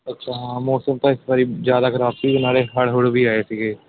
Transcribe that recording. ਅੱਛਾ ਮੌਸਮ ਤਾਂ ਇਸ ਵਾਰੀ ਜ਼ਿਆਦਾ ਖਰਾਬ ਸੀ ਨਾਲੇ ਹੜ੍ਹ ਹੁੜ੍ਹ ਵੀ ਆਏ ਸੀਗੇ